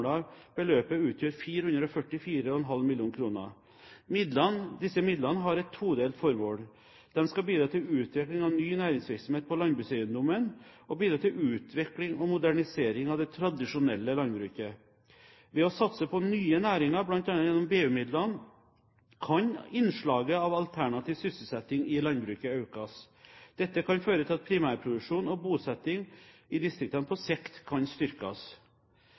beløpet utgjør 444,5 mill. kr. Disse midlene har et todelt formål. De skal bidra til utvikling av ny næringsvirksomhet på landbrukseiendommene og bidra til utvikling og modernisering av det tradisjonelle landbruket. Ved å satse på nye næringer, bl.a. gjennom BU-midlene, kan innslaget av alternativ sysselsetting i landbruket økes. Dette kan føre til at primærproduksjon og bosetting i distriktene på sikt kan styrkes.